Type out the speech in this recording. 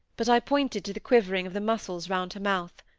but i pointed to the quivering of the muscles round her mouth.